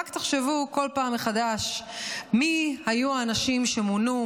רק תחשבו כל פעם מחדש מי היו האנשים שמונו,